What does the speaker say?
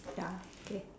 ya okay